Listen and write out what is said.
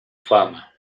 fama